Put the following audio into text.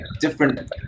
different